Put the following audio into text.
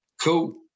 Cool